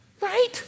Right